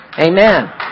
Amen